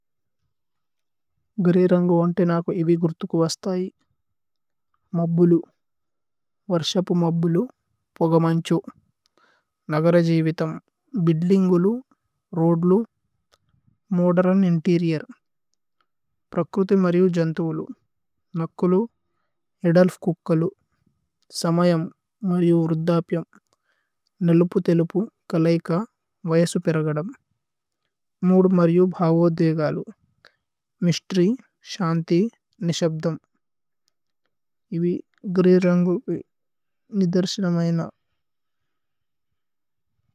ഗരിരംഗവംടി നാകു ഇവി ഗരതകം വസതായി മബഗളം വരശപമബഗളം പഓഗമംചവം നഗരജിവിതമം ബിദലിംഗളം രഓഡലം മഓഡരം ഇനടിരിയരം പരകരതി മരിയം ജനതവലം നകകലം ഇഡാലഫ കഊകകലം സമയം മരിയം ഉരധാപയം നലലപം തിലപം കലഈകാ വയസം പ